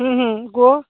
ହୁଁ ହୁଁ କୁହ